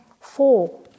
four